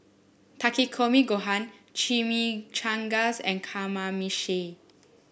Takikomi Gohan Chimichangas and Kamameshi